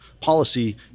policy